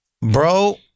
bro